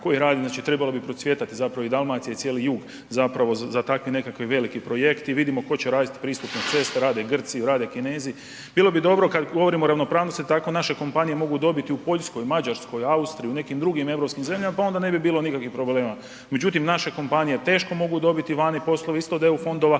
koji radi, znači trebalo bi procvjetati zapravo i Dalmacija i cijeli jug zapravo za takvi nekakvi veliki projekt i vidimo tko će raditi pristupne ceste, rade Grci, rade Kinezi. Bilo bi dobro kad govorimo o ravnopravnosti da tako naše kompanije mogu dobiti u Poljskoj, Mađarskoj u Austriji u nekim drugim europskim zemljama pa onda ne bi bilo nikakvih problema. Međutim, naše kompanije teško mogu dobiti vani poslove isto od EU fondova,